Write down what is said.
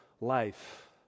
life